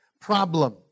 problem